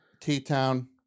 T-Town